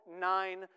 nine